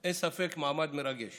אין ספק שזה מעמד מרגש.